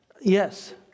Yes